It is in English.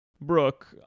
Brooke